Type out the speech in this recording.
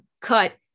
cut